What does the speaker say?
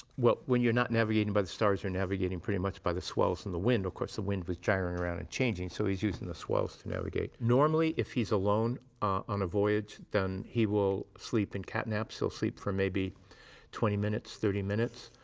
well, when you're not navigating by the stars, you're navigating pretty much by the swells and the wind. of course, the wind was gyrating around and changing, so he was using the swells to navigate. normally, if he's alone on a voyage, then he will sleep in catnaps. he'll sleep for maybe twenty minutes, thirty minutes,